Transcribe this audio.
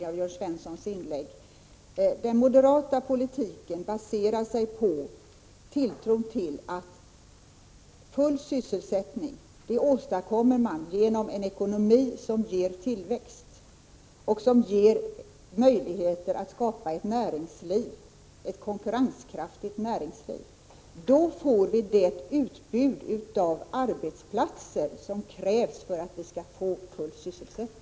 Herr talman! Den moderata politiken baserar sig på tilltron till att full sysselsättning åstadkoms genom en ekonomi som ger tillväxt och som ger möjligheter att skapa ett konkurrenskraftigt näringsliv. Då får vi det utbud av arbetsplatser som krävs för att vi skall få full sysselsättning.